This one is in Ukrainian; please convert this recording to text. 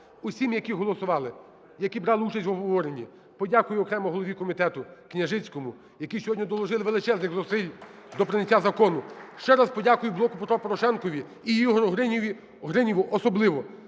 усім, які голосували, які брали участь в обговоренні, подякую окремо голові комітету Княжицькому, які сьогодні доложили величезних зусиль до прийняття закону. Ще раз подякую "Блоку Петра Порошенка" і Ігорю Гриніву особливо